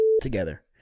together